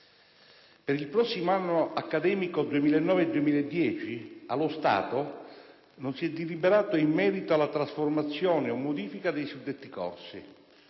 Per il prossimo anno accademico 2009-2010, allo stato, non si è deliberato in merito alla trasformazione o modifica dei suddetti corsi.